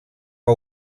que